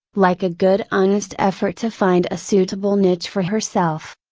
like a good honest effort to find a suitable niche for herself.